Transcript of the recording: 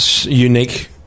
unique